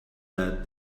that